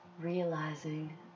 realizing